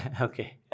Okay